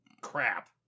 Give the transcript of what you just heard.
crap